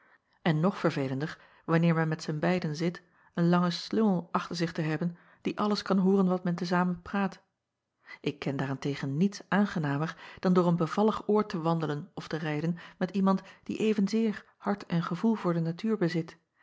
en nog verveelender wanneer men met zijn beiden zit een langen slungel achter zich te hebben die alles kan hooren wat men te zamen praat k ken daar-en-tegen niets aangenamer dan door een bevallig oord te wandelen of te rijden met iemand die evenzeer hart en gevoel voor de natuur bezit